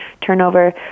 turnover